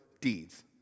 deeds